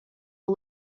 are